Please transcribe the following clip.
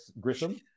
Grissom